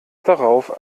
darauf